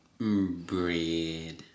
Bread